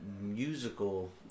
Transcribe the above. musical